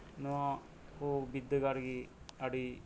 ᱱᱚᱣᱟ ᱠᱚ ᱵᱟᱫᱽᱫᱟᱹᱜᱟᱲ ᱜᱮ ᱟᱹᱰᱤ